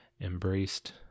embraced